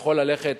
יכול ללכת